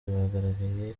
bagaragaye